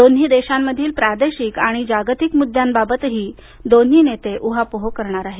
दोन्ही देशातील प्रादेशिक आणि जागतिक मुद्द्यांबाबतही दोन्ही नेते ऊहापोह करणार आहेत